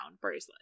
bracelet